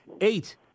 eight